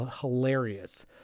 hilarious